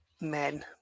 men